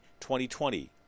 2020